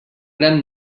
gran